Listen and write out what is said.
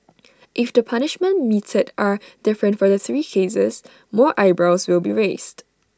if the punishments meted are different for the three cases more eyebrows will be raised